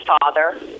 Father